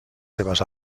seves